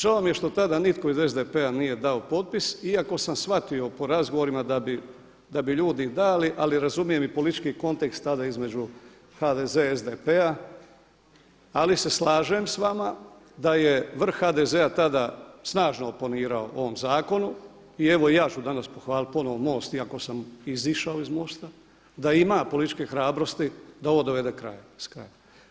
Žao mi je što tada nitko iz SDP-a nije dao potpis iako sam shvatio po razgovorima da bi ljudi dali ali razumijem i politički kontekst tada između HDZ-a-SDP-a ali se slažem s vama da je vrh HDZ-a tada snažno opnirao ovom zakonu i evo i ja ću danas pohvaliti ponovno MOST iako sam izišao iz MOST-a da ima političke hrabrosti da ovo dovede kraju.